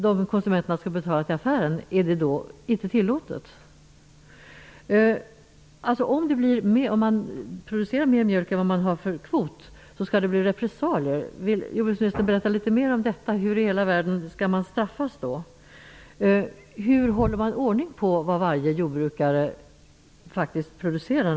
Det skall bli repressalier om jordbrukarna producerar mer mjölk än vad kvoten tillåter. Vill jordbruksministern berätta litet mer om hur de skall straffas? Hur håller man ordning på hur mycket mjölk varje jordbrukare producerar?